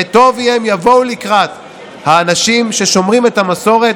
וטוב יהיה אם יבואו לקראת האנשים ששומרים את המסורת